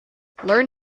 learn